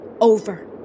over